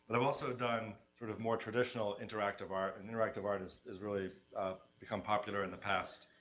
i've also done sort of more traditional interactive art, and interactive art is, is really become popular in the past,